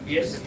Yes